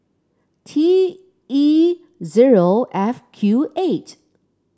T E zero F Q eight